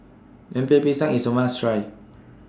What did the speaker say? Lemper Pisang IS A must Try